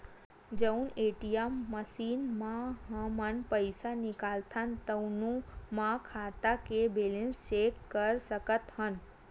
जउन ATM machine म हमन पइसा निकालथन तउनो म खाता के बेलेंस चेक कर सकत हन